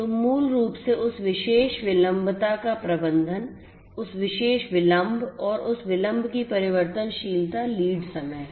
तो मूल रूप से उस विशेष विलंबता का प्रबंधन उस विशेष विलंब और उस विलंब की परिवर्तनशीलता लीड समय है